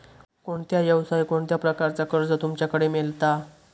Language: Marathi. कोणत्या यवसाय कोणत्या प्रकारचा कर्ज तुमच्याकडे मेलता?